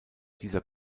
dieser